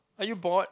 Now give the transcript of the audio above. are you bored